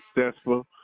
successful